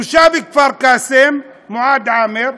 תושב כפר-קאסם, מועאד עאמר,